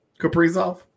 Kaprizov